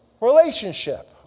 relationship